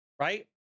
right